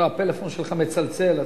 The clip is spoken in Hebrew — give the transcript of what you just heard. הפלאפון שלך מצלצל.